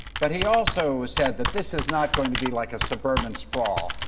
but he also said that this is not going to be like a suburban sprawl.